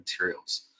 materials